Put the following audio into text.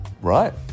Right